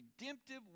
redemptive